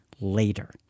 later